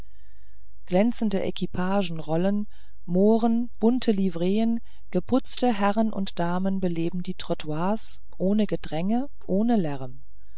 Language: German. glänzende equipagen rollen mohren bunte livreen geputzte herren und damen beleben die trottoirs ohne gedränge ohne lärm